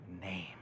name